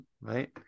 right